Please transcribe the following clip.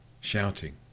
shouting